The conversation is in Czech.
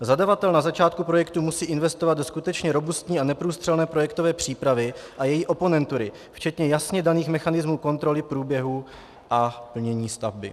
Zadavatel na začátku projektu musí investovat do skutečně robustní a neprůstřelné projektové přípravy a její oponentury včetně jasně daných mechanismů kontroly průběhu a plnění stavby.